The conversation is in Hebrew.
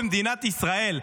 במדינת ישראל,